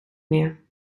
meer